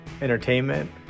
entertainment